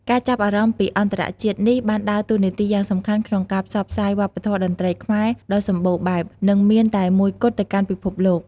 ការចាប់អារម្មណ៍ពីអន្តរជាតិនេះបានដើរតួនាទីយ៉ាងសំខាន់ក្នុងការ ផ្សព្វផ្សាយវប្បធម៌តន្ត្រីខ្មែរ ដ៏សម្បូរបែប និងមានតែមួយគត់ទៅកាន់ពិភពលោក។